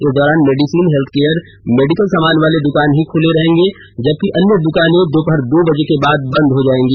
इस दौरान medicine healthcare medical सामान वाले दुकाने ही खुली रहेंगी जबकि अन्य दुकानें दोपहर दो बजे के बाद बंद रहेंगी